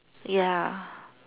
ya